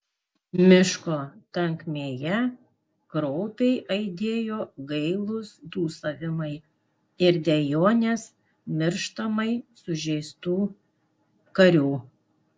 miško tankmėje kraupiai aidėjo gailūs dūsavimai ir dejonės mirštamai sužeistų karių